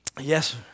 yes